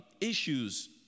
issues